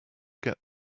get